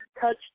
touch